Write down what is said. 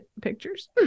pictures